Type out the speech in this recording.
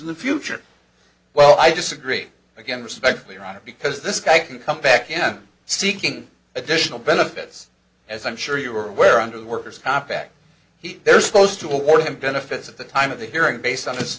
in the future well i disagree again respectfully right because this guy can come back again seeking additional benefits as i'm sure you are aware under the worker's comp back he they're supposed to award him benefits at the time of the hearing based on his